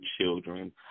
children